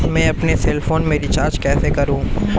मैं अपने cell phone में रिचार्ज कैसे करूँ?